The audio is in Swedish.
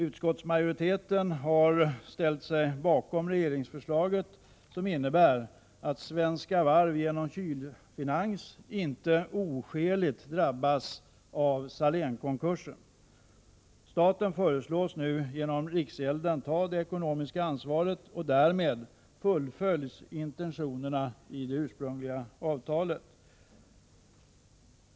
Utskottsmajoriteten har dock ställt sig bakom regeringsförslaget, som innebär att Svenska Varv genom Kylfinans inte oskäligt skall drabbas av Salénkonkursen. Staten föreslås nu genom riksgälden få ta det ekonomiska ansvaret, och därmed fullföljs intentionerna i det ursprungliga avtalet.